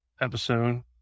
episode